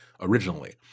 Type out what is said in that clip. originally